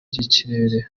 ry’ikirere